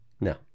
no